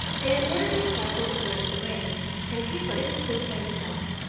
and in order to frighten the birds away and keep a little fruit for himself,